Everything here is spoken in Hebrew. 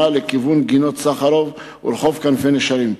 לכיוון גינות-סחרוב ורחוב כנפי-נשרים.